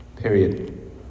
Period